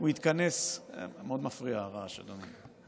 הרעש מפריע מאוד, אדוני.